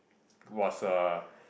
was a